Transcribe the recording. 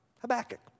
Habakkuk